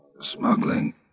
Smuggling